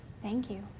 thank you.